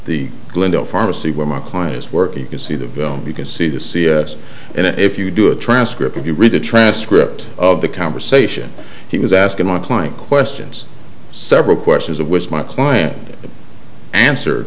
the glendale pharmacy where my client is working you see the vellum you can see the c s and if you do a transcript if you read the transcript of the conversation he was asking my client questions several questions of which my client answer